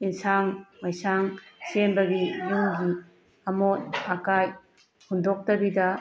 ꯑꯦꯟꯁꯥꯡ ꯃꯩꯁꯥꯡ ꯁꯦꯝꯕꯒꯤ ꯏꯃꯨꯡꯒꯤ ꯑꯃꯣꯠ ꯑꯀꯥꯏ ꯍꯨꯟꯗꯣꯛꯇꯕꯤꯗ